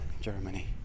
germany